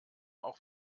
auch